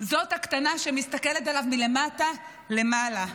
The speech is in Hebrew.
זאת הקטנה שמסתכלת עליו מלמטה למעלה.